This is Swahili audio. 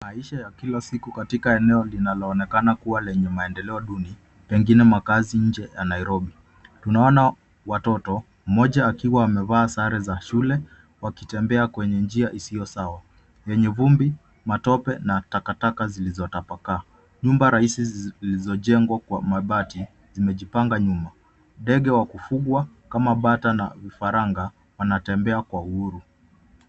Maisha ya kila siku katika eneo linaloonekana kuwa lenye maendeleo duni pengine makazi nje ya Nairobi. Tunaona watoto; mmoja akiwa amevaa sare za shule wakitembea kwenye njia isiyo sawa yenye vumbi, matope na takataka zilizotapakaa. Nyumba rahisi zilizojengwa kwa mabati zimejipanga nyuma. Ndege wa kufugwa kama bata na vifaranga wanatembea kwa uhuru.